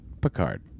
Picard